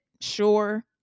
Sure